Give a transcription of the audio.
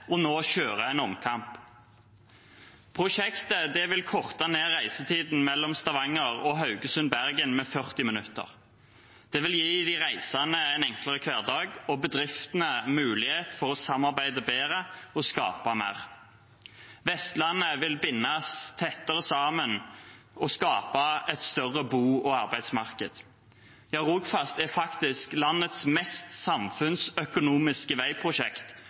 nå å kjøre en omkamp. Prosjektet vil korte ned reisetiden mellom Stavanger og Haugesund/Bergen med 40 minutter. Det vil gi de reisende en enklere hverdag og bedriftene mulighet for å samarbeide bedre og skape mer. Vestlandet vil bindes tettere sammen, og det vil skapes et større bo- og arbeidsmarked. Ja, Rogfast er faktisk landets mest samfunnsøkonomiske veiprosjekt,